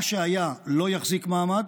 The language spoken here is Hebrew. מה שהיה לא יחזיק מעמד.